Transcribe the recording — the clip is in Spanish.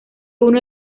uno